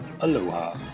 Aloha